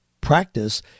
practice